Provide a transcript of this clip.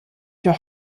der